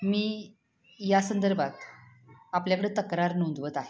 मी या संदर्भात आपल्याकडे तक्रार नोंदवत आहे